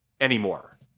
anymore